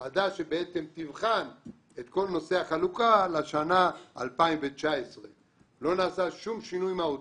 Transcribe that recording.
ועדה שתבחן את כל נושא החלוקה לשנה 2019. לא נעשה שום שינוי מהותי.